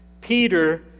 Peter